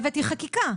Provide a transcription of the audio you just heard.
בשביל זה הבאתי חקיקה.